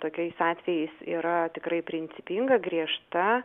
tokiais atvejais yra tikrai principinga griežta